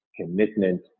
commitment